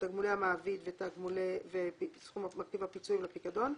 תגמולי המעביד ומרכיב הפיצויים לפיקדון.